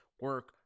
Work